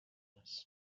les